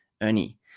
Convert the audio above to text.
Ernie